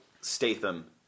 Statham